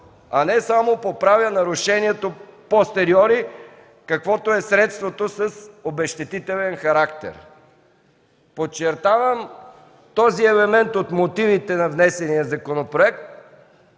а не само поправя нарушението апостериори, каквото е средството с обезщетителен характер. Подчертавам този елемент от мотивите на внесения законопроект,